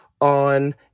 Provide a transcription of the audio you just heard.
on